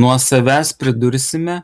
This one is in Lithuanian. nuo savęs pridursime